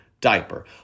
diaper